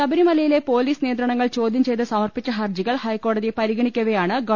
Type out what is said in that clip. ശബരിമലയിലെ പൊലീസ് നിയന്ത്രണങ്ങൾ ചോദ്യം ചെയ്ത് സമർപ്പിച്ച ഹർജികൾ ഹൈക്കോടതി പരിഗണിക്കവെയാണ് ഗവ